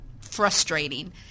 frustrating